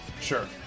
Sure